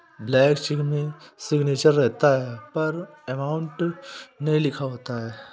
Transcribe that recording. blank cheque में signature रहता है पर अमाउंट नहीं लिखा होता है